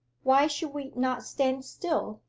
why should we not stand still,